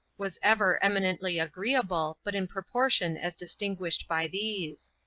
was ever eminently agreeable, but in proportion as distinguished by these.